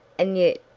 and yet,